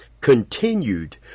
continued